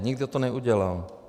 Nikdo to neudělal.